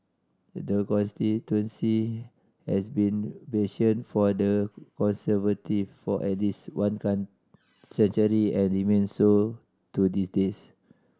the constituency has been bastion for the Conservative for at least one century and remains so to this days